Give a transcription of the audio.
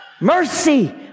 Mercy